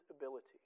ability